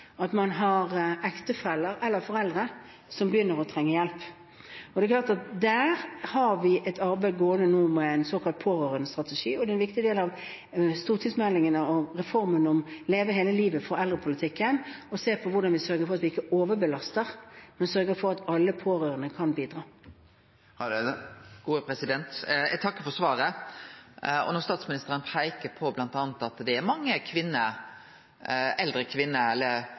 at man har ektefelle eller foreldre som begynner å trenge hjelp. Der har vi et arbeid gående nå med en såkalt pårørendestrategi, og det er en viktig del av stortingsmeldingene og reformen «Leve hele livet» for eldrepolitikken å se på hvordan vi sørger for at vi ikke overbelaster, men sørger for at alle pårørende kan bidra. Eg takkar for svaret. Når statsministeren peiker på bl.a. at det er mange kvinner – eldre kvinner, eller